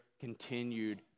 continued